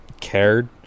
cared